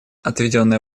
отведенное